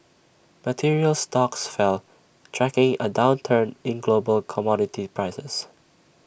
materials stocks fell tracking A downturn in global commodity prices